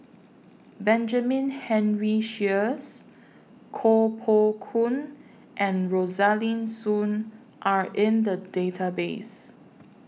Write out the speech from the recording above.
Benjamin Henry Sheares Koh Poh Koon and Rosaline Soon Are in The Database